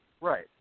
Right